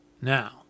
Now